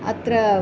अत्र